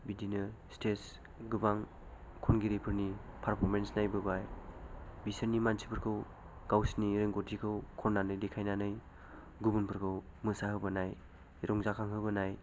बिदिनो स्टेज गोबां खनगिरिफोरनि पारफ'रमेन्स नायबोबाय बिसोरनि मानसिफोरखौ गावसोरनि रोंगौथिखौ खन्नानै देखायनानै गुबुनफोरखौ मोसाहोबोनाय रंजाखां होबोनाय